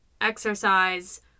exercise